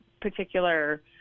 particular